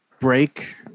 break